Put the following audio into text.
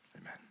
Amen